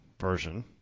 version